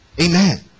amen